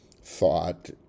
thought